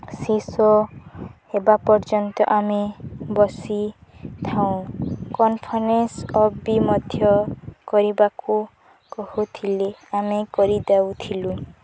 ଶେଷ ହେବା ପର୍ଯ୍ୟନ୍ତ ଆମେ ବସିଥାଉ କନ୍ଫରେନ୍ସ୍ ଅଫ୍ ବି ମଧ୍ୟ କରିବାକୁ କହୁଥିଲେ ଆମେ କରିଦେଉଥିଲୁ